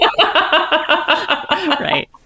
Right